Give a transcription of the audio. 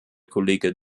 kollege